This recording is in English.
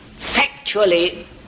factually